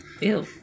Ew